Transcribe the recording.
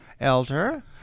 elder